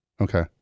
Okay